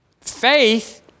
Faith